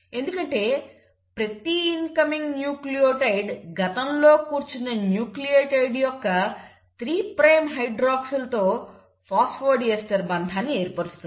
ఎందుకంటే ప్రతి incoming nucleotide గతంలో కూర్చున్న న్యూక్లియోటైడ్ యొక్క 3 ప్రైమ్ హైడ్రాక్సిల్ తో ఫాస్ఫోడీస్టర్ బంధాన్ని ఏర్పరుస్తుంది